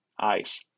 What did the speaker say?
ice